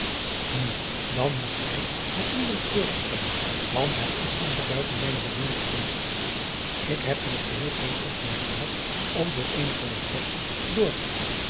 u dan moet gij het niemand voortvertellen want het is waarlijk buiten mijne bedoeling geweest k heb in het geheel geen oogmerk gehad om voor eene poëtes door te gaan